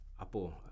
apo